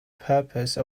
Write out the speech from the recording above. purpose